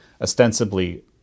ostensibly